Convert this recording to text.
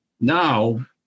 Now